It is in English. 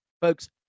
folks